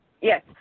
Yes